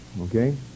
okay